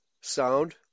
sound